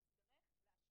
היא תצטרך להשקיע